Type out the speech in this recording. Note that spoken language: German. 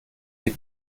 die